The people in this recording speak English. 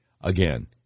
Again